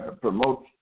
promote